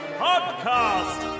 podcast